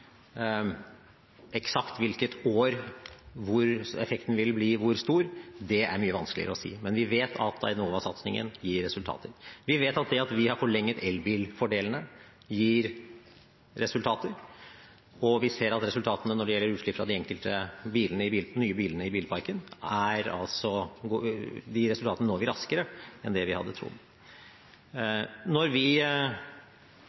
Eksakt hvilket år, hvor effekten vil bli, hvor stor – det er mye vanskeligere å si. Men vi vet at Enova-satsingen gir resultater. Vi vet at det at vi har forlenget elbilfordelene, gir resultater, og vi ser at når det gjelder utslipp fra de nye bilene i bilparken, når vi resultatene raskere enn det vi hadde trodd. Når vi bygger ut Follobanen, vet vi